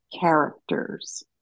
characters